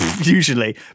usually